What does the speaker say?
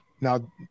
now